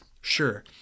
Sure